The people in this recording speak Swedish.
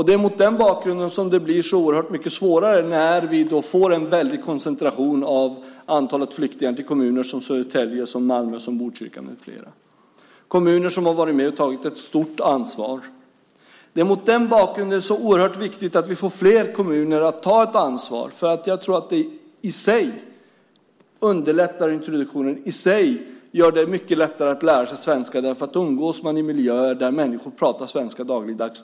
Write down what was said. Det är mot den bakgrunden som det blir så oerhört mycket svårare när vi får en väldig koncentration av antalet flyktingar till kommuner som Södertälje, Malmö, Botkyrka med flera. Det är kommuner som varit med och tagit ett stort ansvar. Det är oerhört viktigt att vi får fler kommuner att ta ett ansvar. Det i sig underlättar introduktionen och gör det mycket lättare att lära sig svenska. Man umgås i miljöer där människor talar svenska dagligdags.